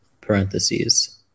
parentheses